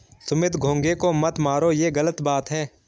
सुमित घोंघे को मत मारो, ये गलत बात है